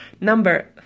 Number